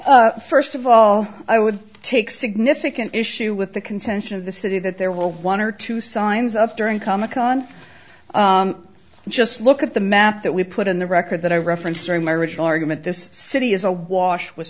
you first of all i would take significant issue with the contention of the city that there were one or two signs up during comic con just look at the map that we put in the record that i referenced during my original argument this city is awash w